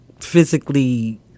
physically